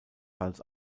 salz